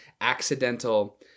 accidental